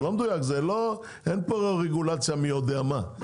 זה לא מדויק, אין פה רגולציה מי יודע מה.